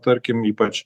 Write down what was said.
tarkim ypač